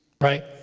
right